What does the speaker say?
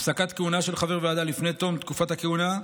הפסקת כהונה של חבר ועדה לפני תום תקופת הכהונה,